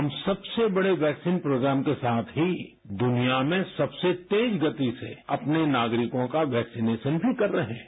हम सबसे बड़े वैक्सीन प्रोग्राम के साथ ही दुनिया में सबसे तेज गति से अपने नागरिकों का वैक्सीनेशन भी कर रहे हैं